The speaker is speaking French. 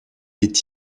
est